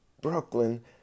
Brooklyn